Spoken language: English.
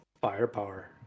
firepower